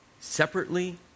separately